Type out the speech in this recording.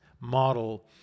model